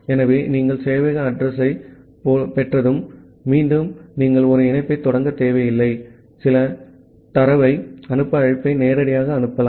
ஆகவே நீங்கள் சேவையக அட்ரஸ் யைப் பெற்றதும் மீண்டும் நீங்கள் ஒரு இணைப்பைத் தொடங்கத் தேவையில்லை சில தரவை அனுப்ப அழைப்பை நேரடியாக அனுப்பலாம்